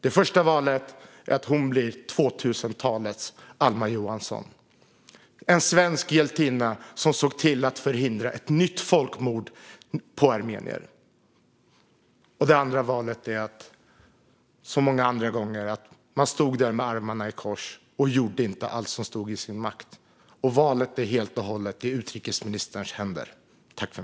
Det första valet är att hon blir 2000-talets Alma Johansson, en svensk hjältinna som såg till att förhindra ett nytt folkmord på armenier. Det andra valet är att man som många andra gånger stod där med armarna i kors och inte gjorde allt som stod i ens makt. Valet är helt och hållet i utrikesministerns händer.